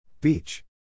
Beach